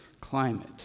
climate